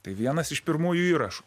tai vienas iš pirmųjų įrašų